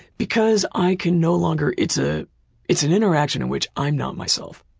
because i can no longer, it's ah it's an interaction in which i'm not myself.